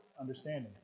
understanding